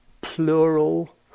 plural